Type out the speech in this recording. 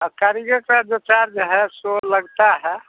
हाँ कारीगर का जो चार्ज है सो लगता है